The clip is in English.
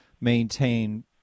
maintain